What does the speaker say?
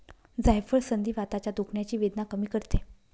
जायफळ संधिवाताच्या दुखण्याची वेदना कमी करते